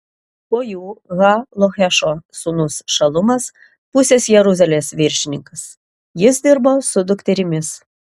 po jų ha lohešo sūnus šalumas pusės jeruzalės viršininkas jis dirbo su dukterimis